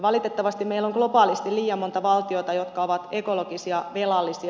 valitettavasti meillä on globaalisti liian monta valtiota jotka ovat ekologisia velallisia